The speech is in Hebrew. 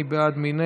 מי בעד?